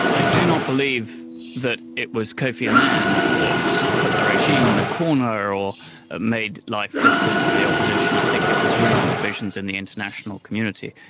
i do not believe that it was kofi annan that put the regime in the corner or or made life difficult for the opposition. i think it was really the divisions in the international community.